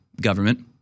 government